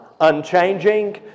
unchanging